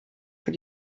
für